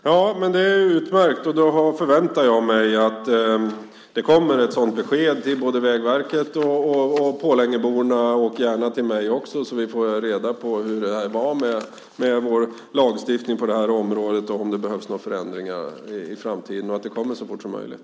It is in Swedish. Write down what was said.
Fru talman! Det är utmärkt. Då förväntar jag mig att det kommer ett sådant besked till både Vägverket och Pålängeborna, gärna till mig också, så vi får reda på hur det var med vår lagstiftning på det här området, om det behövs några förändringar i framtiden och att det kommer så fort som möjligt.